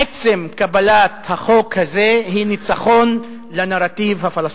עצם קבלת החוק הוא ניצחון לנרטיב הפלסטיני,